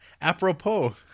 apropos